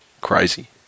Crazy